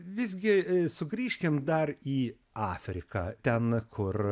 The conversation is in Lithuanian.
visgi sugrįžkim dar į afriką ten kur